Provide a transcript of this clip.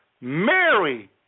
Mary